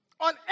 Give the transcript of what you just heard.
on